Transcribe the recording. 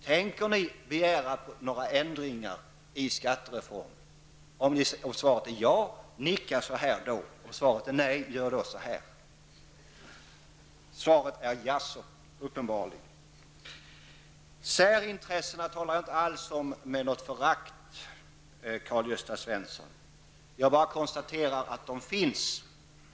Tänker ni begära några ändringar i skattereformen? Jag ser att svaret uppenbarligen är ett jaså. Jag talar inte alls om särintressena med något förakt, Karl-Gösta Svenson. Jag konstaterar bara att de finns.